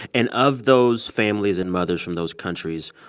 and of those families and mothers from those countries,